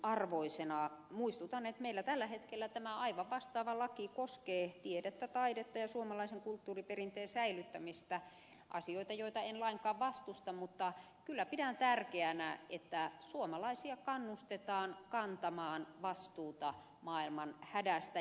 muistutan että meillä tällä hetkellä tämä aivan vastaava laki koskee tiedettä taidetta ja suomalaisen kulttuuriperinteen säilyttämistä asioita joita en lainkaan vastusta mutta kyllä pidän tärkeänä että suomalaisia kannustetaan kantamaan vastuuta maailman hädästä